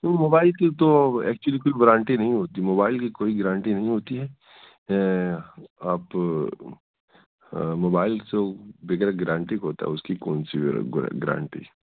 mobile کی تو actually کوئی ورانٹی نہیں ہوتی موبائل کی کوئی گرانٹی نہیں ہوتی ہے آپ موبائلس سو بغیر گرانٹی کے ہوتا ہے اس کی کون سی گرانٹی